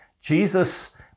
Jesus